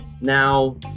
Now